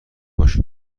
باش